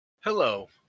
Hello